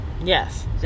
Yes